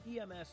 EMS